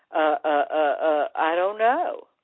ah, ah, ah, i don't know